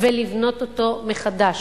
ולבנות אותו מחדש,